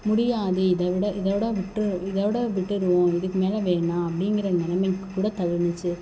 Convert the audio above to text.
முடியாது இதை விட இதோட விட்ரு இதோட விட்டுவிடுவோம் இதுக்கு மேல வேணாம் அப்டிங்கிற நிலைமைக்கு கூட தள்ளுனுச்சி